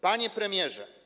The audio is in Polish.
Panie Premierze!